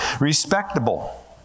respectable